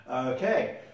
Okay